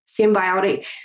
symbiotic